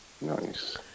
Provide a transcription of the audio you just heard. Nice